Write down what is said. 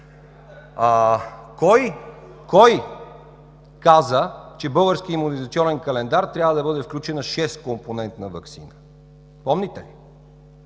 кой каза, че в Българския имунизационен календар трябва да бъде включена 6-компонентна ваксина? Помните ли?